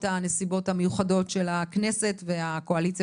הנסיבות המיוחדות של הכנסת והקואליציה